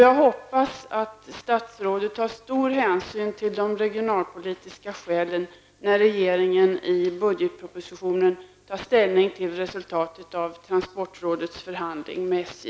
Jag hoppas alltså att statsrådet tar stor hänsyn till de regionalpolitiska skälen när regeringen i budgetpropositionen tar ställning till resultatet av transportrådets förhandling med SJ.